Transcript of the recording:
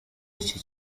iki